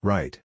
Right